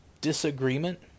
disagreement